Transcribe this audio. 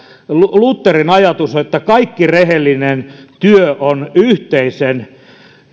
lutherin ajatus että kaikki rehellinen työ on yhteisen